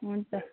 हुन्छ